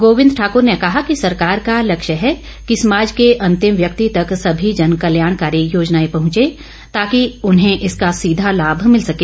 गोविन्द ठाक़र ने कहा कि सरकार का लक्ष्य है कि समाज के अंतिम व्यक्ति तक सभी जन कल्याणकारी योजनाए पहंचे ताकि उन्हें इसका सीधा लाभ मिल सके